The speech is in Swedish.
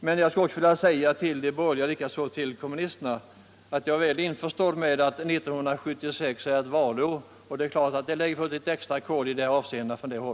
Men jag vill säga till de borgerliga och kommunisterna att jag är medveten om att 1976 är ett valår och att man då naturligtvis lägger på ett extra kol.